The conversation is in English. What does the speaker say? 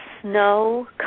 Snow